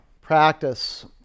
practice